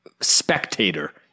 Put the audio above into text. spectator